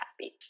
happy